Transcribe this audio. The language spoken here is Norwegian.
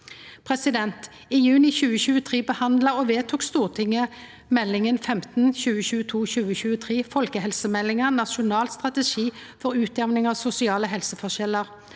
dit. I juni 2023 behandla og vedtok Stortinget Meld. St. 15 for 2022–2023, Folkehelsemeldinga – Nasjonal strategi for utjamning av sosiale helseforskjellar.